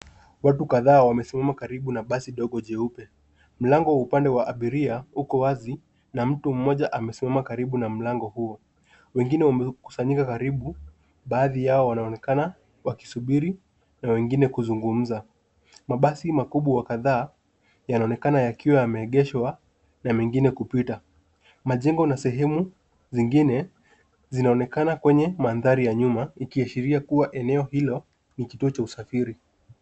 Watu kadhaa wamesimama karibu na basi dogo jeupe. Mlango wa upande wa abiria uko wazi na mtu mmoja amesimama karibu na mlango huo. Wengine wamekusanyika karibu, baadhi yao wanaonekana wakisubiri na wengine kuzungumza. Mabasi makubwa kadhaa yanaonekana yakiwa yameegeshwa na mengine kupita. Majengo na sehemu zingine zinaonekana kwenye mandhari ya nyuma ikiashiria kuwa eneo hilo ni kituo cha usafiri.